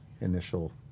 initial